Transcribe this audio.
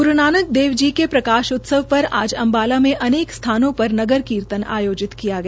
ग्रू नानक देव जी के प्रकाशत्सव पर आज अम्बाला में अनेक स्थानों पर नगर कीर्तन आयोजित किय गया